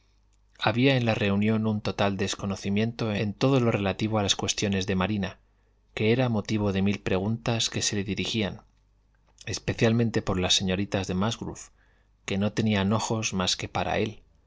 había en la reunión un total desconocimiento en todo lo relativo a las cuestiones de marina que era motivo de mil preguntas que se le dirigían especialmente por las señoritas de musgrove que no tenían ojos más que para él